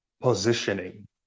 positioning